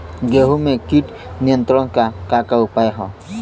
गेहूँ में कीट नियंत्रण क का का उपाय ह?